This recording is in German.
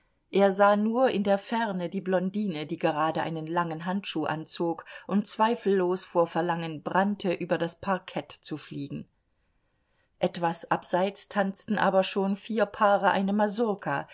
er sah nur in der ferne die blondine die gerade einen langen handschuh anzog und zweifellos vor verlangen brannte über das parkett zu fliegen etwas abseits tanzten aber schon vier paare eine